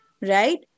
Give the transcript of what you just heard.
right